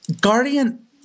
Guardian